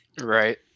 Right